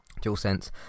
DualSense